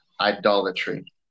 idolatry